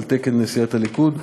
על תקן סיעת הליכוד,